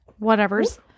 whatevers